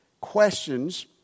questions